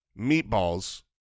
meatballs